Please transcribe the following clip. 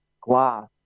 glass